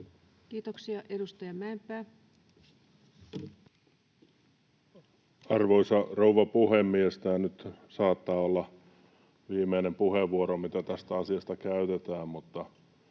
Kiitoksia. — Edustaja Mäenpää. Arvoisa rouva puhemies! Tämä nyt saattaa olla viimeinen puheenvuoro, mitä tästä asiasta käytetään.